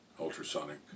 ultrasonic